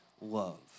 love